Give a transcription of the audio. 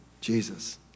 Jesus